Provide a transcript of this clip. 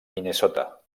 minnesota